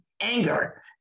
anger